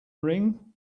ring